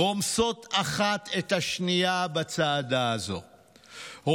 "רומסות אחת את השנייה בצעדה הזאת.